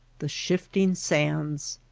the shifting sands!